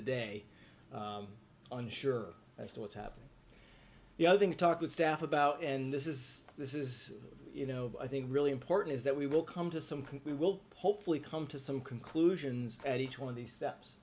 the day unsure as to what's happening the other thing to talk with staff about and this is this is you know i think really important is that we will come to some can we will hopefully come to some conclusions and each one of these steps